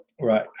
right